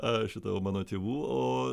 a šita o mano tėvų o